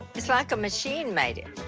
it's like a machine made it.